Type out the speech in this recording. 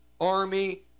army